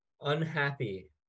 unhappy